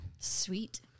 sweet